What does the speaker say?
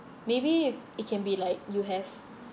maybe it can be like you have